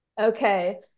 Okay